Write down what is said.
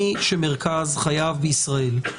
מי שמרכז חייו בישראל,